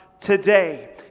today